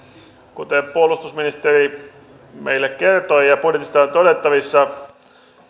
kuten puolustusministeri meille kertoi ja ja budjetista on todettavissa